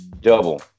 double